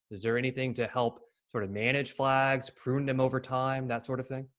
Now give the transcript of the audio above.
is there anything to help sort of manage flags, prune them over time? that sort of thing?